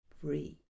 free